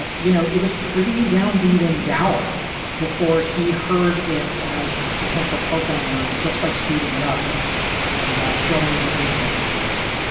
you know, it was pretty downbeat and dower before he heard it as a potential club banger just by speeding it up and throwing a new bassline underneath it